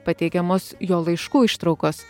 pateikiamos jo laiškų ištraukos